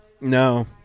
No